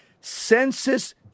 census